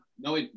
No